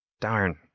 Darn